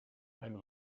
ein